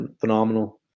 phenomenal